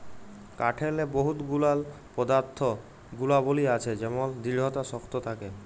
কাঠেরলে বহুত গুলান পদাথ্থ গুলাবলী আছে যেমল দিঢ়তা শক্ত থ্যাকে